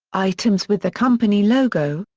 items with the company logo,